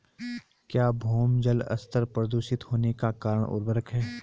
क्या भौम जल स्तर प्रदूषित होने का कारण उर्वरक है?